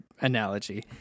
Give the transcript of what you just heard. analogy